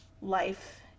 life